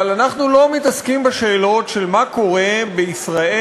אבל אנחנו לא מתעסקים בשאלות של מה קורה בישראל,